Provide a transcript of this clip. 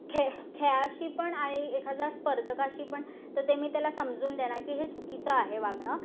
खे खेळाशी पण आणि एखाद्या स्पर्धकाशी पण तर ते मी त्याला समजून देणार की हे चुकीचं आहे वागणं